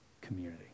community